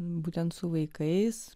būtent su vaikais